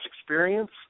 experience